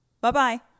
Bye-bye